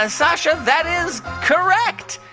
ah sasha, that is correct.